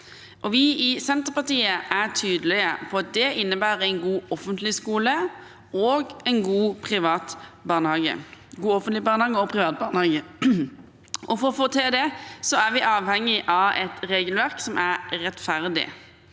Vi i Senterpartiet er tydelige på at det innebærer en god offentlig barnehage og en god privat barnehage. For å få til det er vi avhengig av å ha et regelverk som er rettferdig.